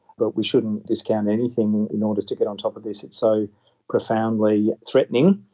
but we shouldn't discount anything in order to get on top of this, it's so profoundly threatening,